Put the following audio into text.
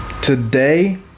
Today